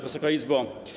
Wysoka Izbo!